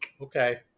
okay